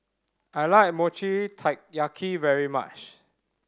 I like Mochi Taiyaki very much